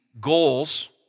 goals